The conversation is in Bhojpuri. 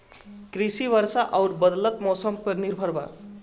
कृषि वर्षा आउर बदलत मौसम पर निर्भर बा